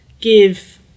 give